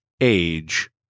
age